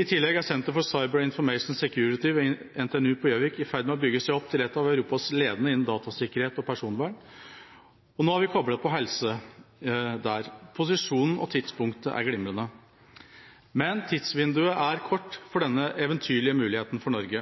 I tillegg er Center for Cyber and Information Security ved NTNU på Gjøvik i ferd med å bygge seg opp til et av Europas ledende sentre innen datasikkerhet og personvern – og nå har vi koblet på helse der. Posisjonen og tidspunktet er glimrende. Men tidsvinduet er kort for denne eventyrlige muligheten for Norge.